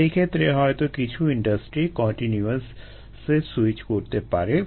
সেইক্ষেত্রে হয়তো কিছু ইন্ডাস্ট্রি কন্টিনিউয়াসে সুইচ করতে পারে